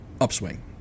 upswing